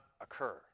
occur